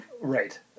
Right